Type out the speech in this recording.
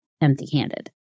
empty-handed